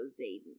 Zayden